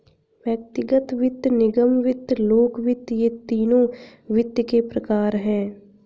व्यक्तिगत वित्त, निगम वित्त, लोक वित्त ये तीनों वित्त के प्रकार हैं